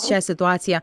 šią situaciją